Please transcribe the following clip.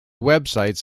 websites